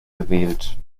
gewählt